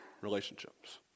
relationships